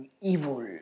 evil